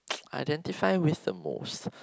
identify with the most